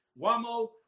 Wamo